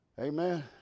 Amen